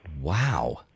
Wow